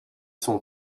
son